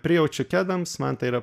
prijaučiu kedams man tai yra